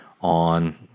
on